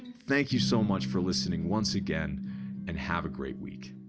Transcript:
thank you so much for listening once again and have a great week.